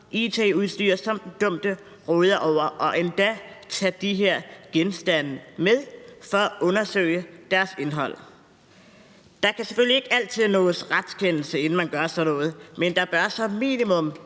it-udstyr, som den dømte råder over, og endda tage de her genstande med for at undersøge deres indhold. Man kan selvfølgelig ikke altid nå at få en retskendelse, inden man gør sådan noget, men der bør som minimum